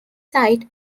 site